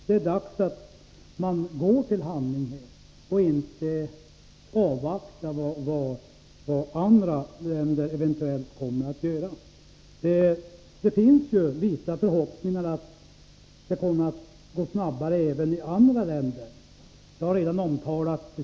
Det är dags att man här går till handling och inte avvaktar vad andra länder eventuellt kommer att göra. Det finns dock vissa förhoppningar om att utvecklingen kommer att gå snabbare även i andra länder.